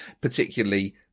particularly